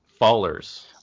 fallers